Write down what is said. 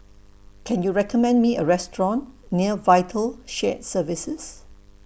Can YOU recommend Me A Restaurant near Vital Shared Services